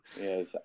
yes